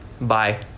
Bye